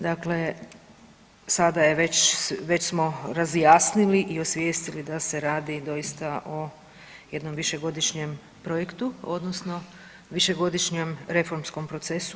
Dakle, sada je već, već smo razjasnili i osvijestili da se radi doista o jednom višegodišnjem projektu odnosno višegodišnjem reformskom procesu.